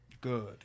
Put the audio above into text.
Good